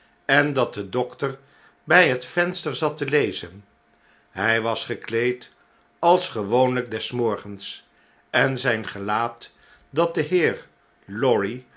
en dat de dokter bjj het venster zat te lezen hu was gekleed als gewoonlyk des morgens en zijn gelaat dat de heer lorry